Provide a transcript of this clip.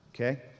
Okay